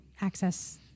access